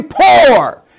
poor